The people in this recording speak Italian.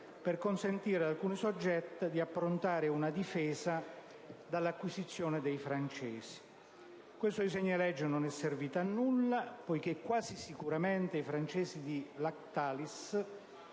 per consentire ad alcuni soggetti di approntare una difesa dall'acquisizione da parte dei francesi. Questo disegno di legge non servirà a nulla, poiché quasi sicuramente i francesi di Lactalis